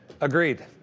Agreed